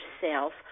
self